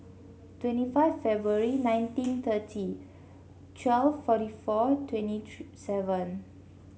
twenty five February nineteen thirty twelve forty four twenty three seven